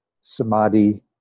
samadhi